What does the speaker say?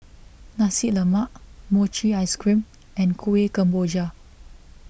Nasi Lemak Mochi Ice Cream and Kueh Kemboja